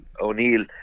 O'Neill